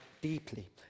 deeply